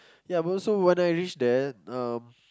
ya but also when I reach there um